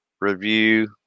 review